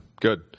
Good